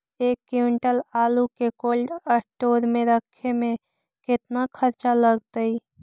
एक क्विंटल आलू के कोल्ड अस्टोर मे रखे मे केतना खरचा लगतइ?